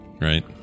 Right